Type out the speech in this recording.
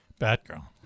Batgirl